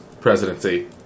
presidency